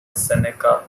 seneca